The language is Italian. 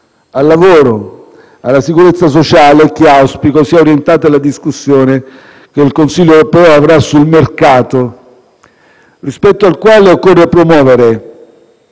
al lavoro, alla sicurezza sociale che auspico sia orientata la discussione che il Consiglio europeo avrà sul mercato, rispetto al quale occorre promuovere